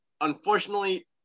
Unfortunately